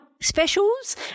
specials